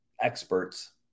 experts